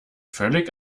völlig